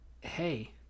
Hey